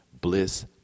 bliss